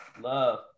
Love